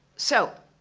so,